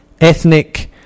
ethnic